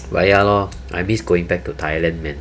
but ya lor I miss going back to thailand man